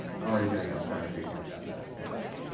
i'm already doing it. i'm starting to freak myself out. nope.